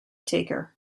taker